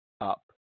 up